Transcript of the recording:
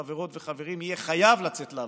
חברים וחברים, יהיה חייב לצאת לעבודה.